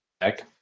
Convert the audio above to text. deck